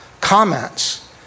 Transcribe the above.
comments